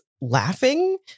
laughing